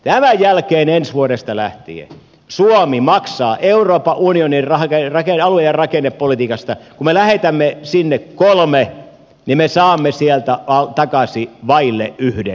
tämän jälkeen ensi vuodesta lähtien suomi maksaa euroopan unionin alue ja rakennepolitiikasta kun me lähetämme sinne kolme niin me saamme sieltä takaisin vaille yhden